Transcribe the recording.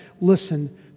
listen